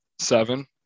seven